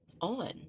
on